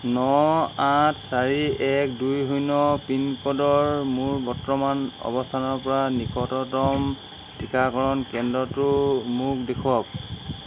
ন আঠ চাৰি এক দুই শূন্য় পিনক'ডৰ মোৰ বৰ্তমান অৱস্থানৰ পৰা নিকটতম টীকাকৰণ কেন্দ্ৰটো মোক দেখুৱাওক